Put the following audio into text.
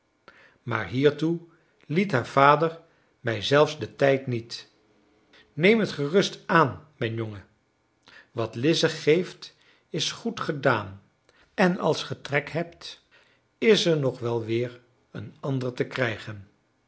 maar hiertoe liet haar vader mij zelfs den tijd niet neem het gerust aan mijn jongen wat lize geeft is goed gedaan en als ge trek hebt is er nog wel weer een ander te krijgen